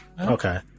Okay